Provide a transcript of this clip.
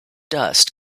dust